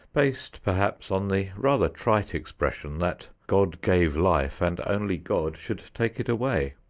based perhaps on the rather trite expression that god gave life and only god should take it away.